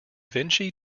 vinci